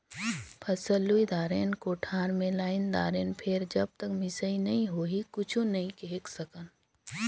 फसल लुई दारेन, कोठार मे लायन दारेन फेर जब तक मिसई नइ होही कुछु नइ केहे सकन